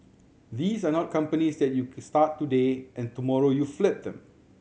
these are not companies that you start today and tomorrow you flip them